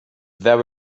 there